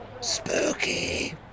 spooky